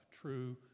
true